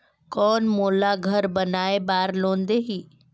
कौन मोला घर बनाय बार लोन देही?